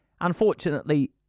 Unfortunately